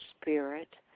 spirit